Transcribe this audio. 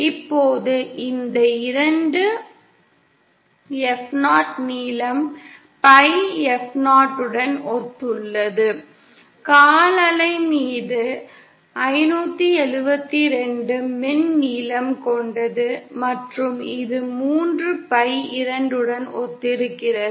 இப்போது இந்த 2 F0 நீளம் pi F0 உடன் ஒத்துள்ளது கால் அலை மீது 572 மின் நீளம் கொண்டது மற்றும் இது 3 pi 2 உடன் ஒத்திருக்கிறது